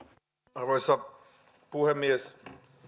arvoisa puhemies